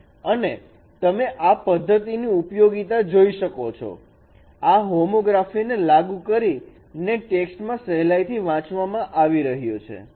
અને તમે આ પદ્ધતિની ઉપયોગિતા જોઈ શકો છો આ હોમોગ્રાફી ને લાગુ કરીને ટેક્સ્ટ સહેલાઈથી વાંચવામાં આવી રહ્યો છે